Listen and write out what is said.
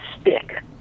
stick